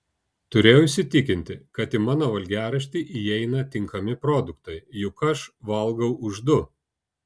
turėjau įsitikinti kad į mano valgiaraštį įeina tinkami produktai juk aš valgau už du